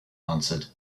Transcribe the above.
answered